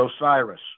Osiris